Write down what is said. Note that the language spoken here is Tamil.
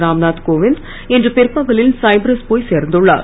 ராம்நாத் கோவிந்த் இன்று பிற்பகலில் சைப்ரஸ் போய் சேர்ந்துள்ளார்